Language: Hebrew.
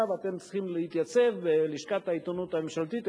אתם צריכים להתייצב בלשכת העיתונות הממשלתית,